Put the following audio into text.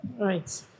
Right